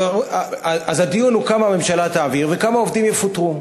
אז הדיון כמה הממשלה תעביר וכמה עובדים יפוטרו,